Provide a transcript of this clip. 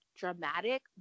dramatic